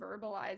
verbalize